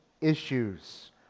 issues